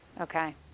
Okay